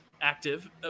active